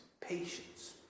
patience